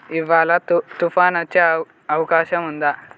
ఇవాళ తు తుఫాన్ వచ్చే అవ అవకాశం ఉందా